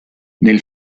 nel